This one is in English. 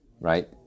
right